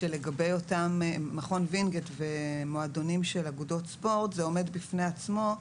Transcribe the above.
שלגבי מכון וינגייט ומועדונים של אגודות ספורט זה עומד בפני עצמו,